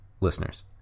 listeners